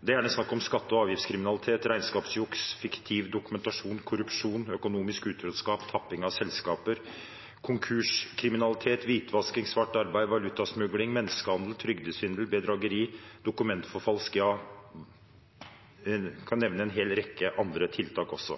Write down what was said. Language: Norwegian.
Det er gjerne snakk om skatte- og avgiftskriminalitet, regnskapsjuks, fiktiv dokumentasjon, korrupsjon, økonomisk utroskap, tapping av selskaper, konkurskriminalitet, hvitvasking, svart arbeid, valutasmugling, menneskehandel, trygdesvindel, bedrageri, dokumentforfalskning – ja, en kan nevne en hel rekke andre tilfeller også.